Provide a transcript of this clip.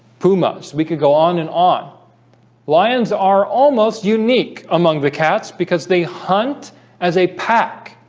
pumas we could go on and on lions are almost unique among the cats because they hunt as a pack